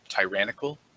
tyrannical